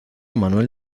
manuel